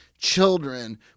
children